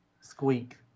Squeak